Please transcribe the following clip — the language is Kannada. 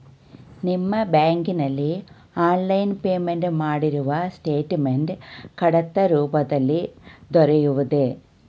ನಿಮ್ಮ ಬ್ಯಾಂಕಿನಲ್ಲಿ ಆನ್ಲೈನ್ ಪೇಮೆಂಟ್ ಮಾಡಿರುವ ಸ್ಟೇಟ್ಮೆಂಟ್ ಕಡತ ರೂಪದಲ್ಲಿ ದೊರೆಯುವುದೇ?